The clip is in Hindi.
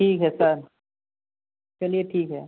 ठीक है सर चलिए ठीक है